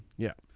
yeah.